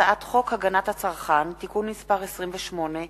הצעת חוק הגנת הצרכן (תיקון מס' 28),